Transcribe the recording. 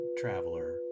traveler